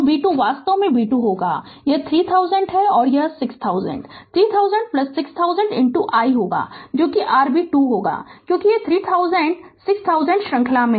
तो b 2 वास्तव में b 2 होगा यह 3000 और 6000 30006000 i होगा जो r b 2 होगा क्योंकि यह 30006000श्रृंखला में हैं